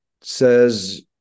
says